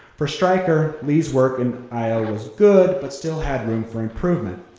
for stryker, lee's work in iowa was good but still had room for improvement.